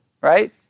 Right